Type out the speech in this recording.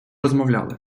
розмовляли